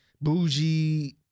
bougie